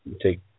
Take